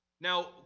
Now